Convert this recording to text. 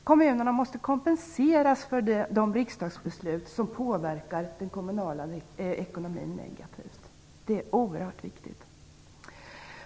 Kommunerna måste kompenseras för de riksdagsbeslut som påverkar den kommunala ekonomin negativt. Det är oerhört viktigt.